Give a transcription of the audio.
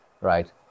Right